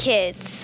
Kids